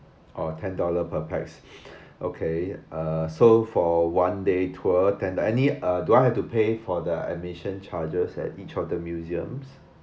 orh ten dollar per pax okay uh so for one day tour can I need uh do I have to pay for the admission charges at each of the museum